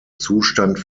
zustand